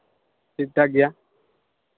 ᱴᱷᱤᱠ ᱴᱷᱟᱠ ᱜᱮᱭᱟ